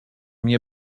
mnie